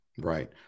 Right